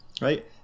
right